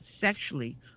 sexually